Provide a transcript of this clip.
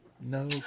No